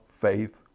faith